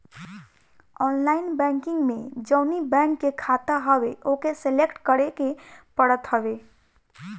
online banking में जवनी bank के खाता हवे ओके सलेक्ट करे के पड़त हवे